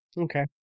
Okay